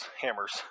hammers